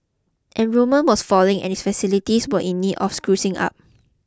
enrolment was falling and its facilities were in need of sprucing up